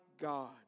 God